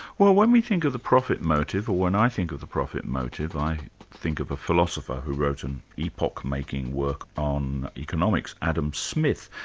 well when we think of the profit motive, or when i think of the profit motive, i think of a philosopher who wrote an epoch-making work on economics, adam smith.